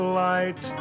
light